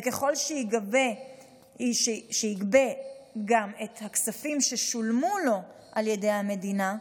וככל שיגבה גם את הכספים ששולמו לו על ידי המדינה,